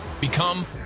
become